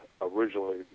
originally